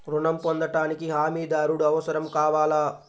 ఋణం పొందటానికి హమీదారుడు అవసరం కావాలా?